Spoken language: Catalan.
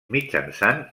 mitjançant